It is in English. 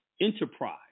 enterprise